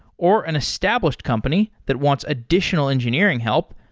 or an established company that wants additional engineering help,